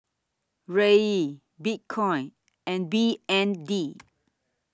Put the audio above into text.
Riel Bitcoin and B N D